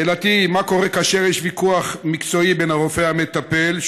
שאלתי היא: מה קורה כאשר יש ויכוח מקצועי בין הרופא המטפל,